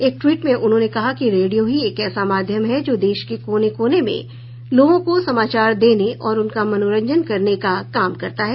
एक ट्वीट में उन्होंने कहा कि रेडियो ही एक ऐसा माध्यम है जो देश के कोने कोने में लोगों को समाचार देने और उनका मनोरंजन करने का काम करता है